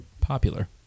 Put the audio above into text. popular